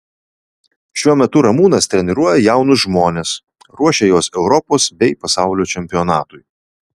šiuo metu ramūnas treniruoja jaunus žmones ruošia juos europos bei pasaulio čempionatui